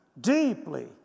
deeply